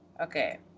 Okay